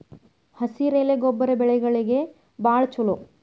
ಹಸಿರೆಲೆ ಗೊಬ್ಬರ ಬೆಳೆಗಳಿಗೆ ಬಾಳ ಚಲೋ